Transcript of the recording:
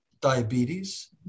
diabetes